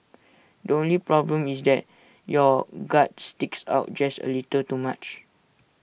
the only problem is that your gut sticks out just A little too much